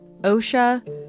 OSHA